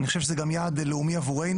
אני חושב שזה גם יעד לאומי עבורנו,